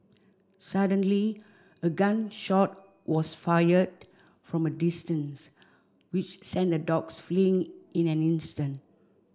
suddenly a gun shot was fired from a distance which sent the dogs fleeing in an instant